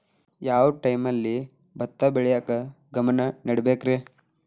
ಯಾವ್ ಟೈಮಲ್ಲಿ ಭತ್ತ ಬೆಳಿಯಾಕ ಗಮನ ನೇಡಬೇಕ್ರೇ?